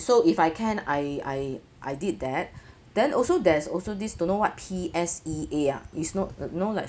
so if I can I I I did that then also there's also this don't know what P_S_E_A ah is not you know like